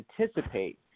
anticipate